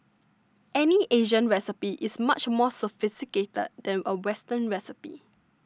any Asian recipe is much more sophisticated than a Western recipe